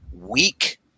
weak